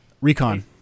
Recon